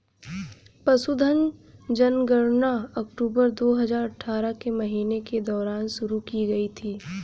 पशुधन जनगणना अक्टूबर दो हजार अठारह के महीने के दौरान शुरू की गई थी